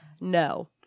no